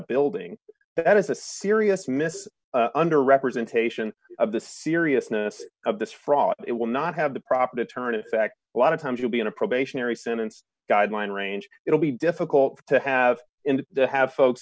building that is a serious mis under representation of the seriousness of this fraud it will not have the proper deterrent effect a lot of times you'll be in a probationary sentence guideline range it'll be difficult to have in have folks